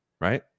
right